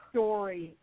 Story